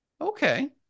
okay